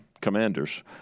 commanders